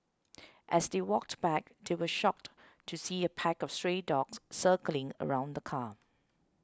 as they walked back they were shocked to see a pack of stray dogs circling around the car